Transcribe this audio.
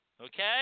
okay